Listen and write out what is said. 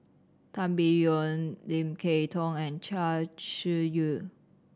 Tan Biyun Lim Kay Tong and Chia Shi Lu